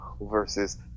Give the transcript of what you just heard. versus